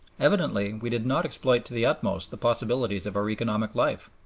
evidently we did not exploit to the utmost the possibilities of our economic life.